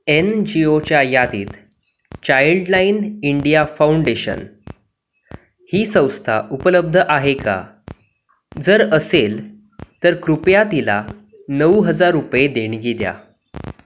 N G ओच्या यादीत Childline India Foundation ही संस्था उपलब्ध आहे का जर असेल तर कृपया तिला नऊ हजार रुपये देणगी द्या